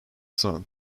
son